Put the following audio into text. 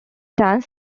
dance